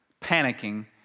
panicking